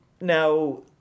now